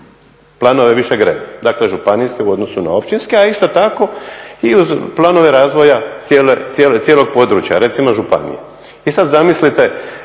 planove višeg reda. Dakle županijske u odnosu na općinske a isto tako i uz planove razvoja cijelog područja recimo županije. I sada zamislite,